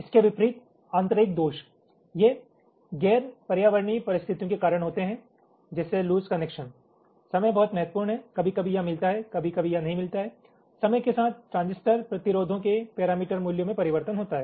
इसके विपरीत आंतरायिक दोष ये गैर पर्यावरणीय परिस्थितियों के कारण होते हैं जैसे लूज कनेक्शन समय बहुत महत्वपूर्ण है कभी कभी यह मिलता है कभी कभी यह नहीं मिलता है समय के साथ ट्रांजिस्टर प्रतिरोधों के पैरामीटर मूल्यों में परिवर्तन होता है